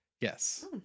Yes